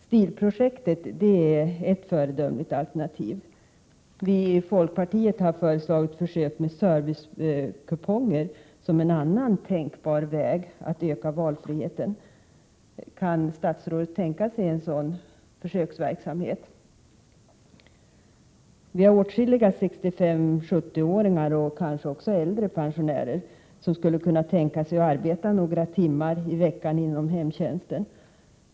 STIL-projektet är ett föredömligt alternativ. Vi i folkpartiet har föreslagit försök med servicekuponger som en annan tänkbar väg att öka valfriheten. Kan statsrådet tänka sig en sådan försöksverksamhet? Vi har åtskilliga 65-70-åringar, och kanske också äldre pensionärer, som skulle kunna tänka sig att arbeta några timmar i veckan inom hemtjänsten.